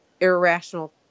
irrational